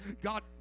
God